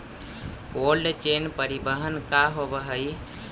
Cold chain परिवहन का होव हइ?